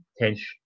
tension